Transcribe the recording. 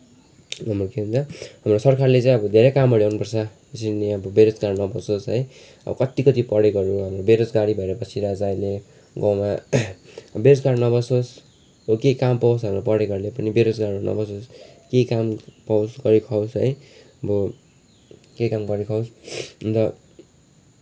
हाम्रो के भन्छ हाम्रो सरकारले चाहिँ धेरै कामहरू ल्याउनुपर्छ त्यसरी नै अब बेरोजगार नबसोस् है अब कति कति पढेकोहरू बेरोजगारै भएर बसिरहेको छ होइन अहिले गाउँमा बेरोजगार नबसोस् अब केही काम पाओस् भनेर पढेकोहरूले पनि बेरोजगार नबसोस् केही काम पाओस् गरी खाओस् है अब केही काम गरी खाओस् अन्त